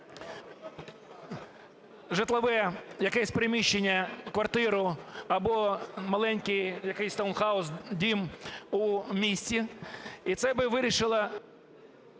житлове якесь приміщення, квартиру або маленький якийсь таун-хаус, дім у місті. І це би вирішило...